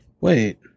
Wait